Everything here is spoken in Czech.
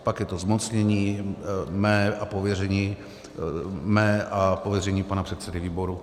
Pak je to zmocnění mé a pověření mé a pověření pana předsedy výboru.